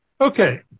Okay